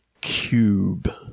Cube